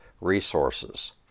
resources